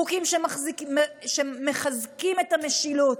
חוקים שמחזקים את המשילות.